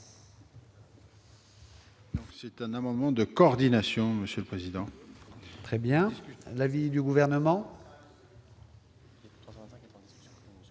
C'est un amendement de coordination, monsieur le président. Quel est l'avis du Gouvernement ?